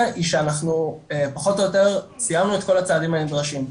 שאנחנו פחות או יותר סיימנו את כל הצעדים הנדרשים,